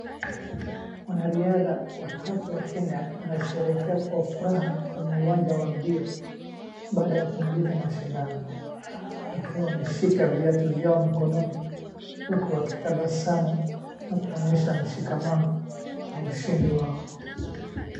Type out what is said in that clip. Wanariadha watatu wa Kenya wanasherehekea kwa furaha kwenye uwanja wa mbio, baada ya kumaliza mashindano, wakiwa wameshika viatu vyao mikononi, huku wakitabasamu na kuonyesha mshikamano na ushindi wao.